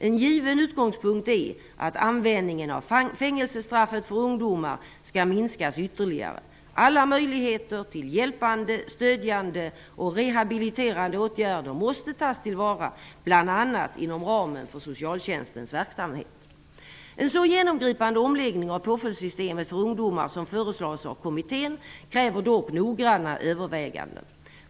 En given utgångspunkt är att användningen av fängelsestraffet för ungdomar skall minskas ytterligare. Alla möjligheter till hjälpande, stödjande och rehabiliterande åtgärder måste tas till vara, bl.a. inom ramen för socialtjänstens verksamhet. En så genomgripande omläggning av påföljdssystemet för ungdomar som föreslås av kommittén kräver dock noggranna överväganden.